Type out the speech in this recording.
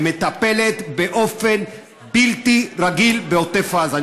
שמטפלת באופן בלתי רגיל בעוטף עזה,